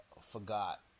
forgot